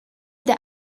the